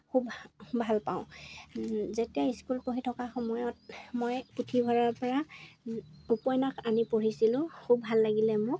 খুব ভালপাওঁ যেতিয়া স্কুল পঢ়ি থকা সময়ত মই পুথিভঁৰালৰপৰা উপন্যাস আনি পঢ়িছিলোঁ খুব ভাল লাগিলে মোৰ